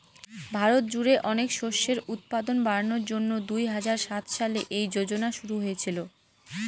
ভারত জুড়ে অনেক শস্যের উৎপাদন বাড়ানোর জন্যে দুই হাজার সাত সালে এই যোজনা শুরু হয়েছিল